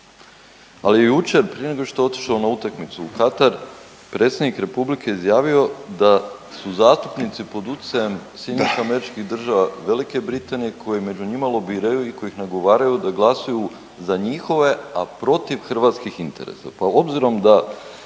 Ali je jučer prije nego što je otišao na utakmicu u Katar Predsjednik Republike izjavio da su zastupnici pod utjecajem SAD-a, Velike Britanije koji među njima lobiraju i koji ih nagovaraju da glasuju za njihove, a protiv hrvatskih interesa.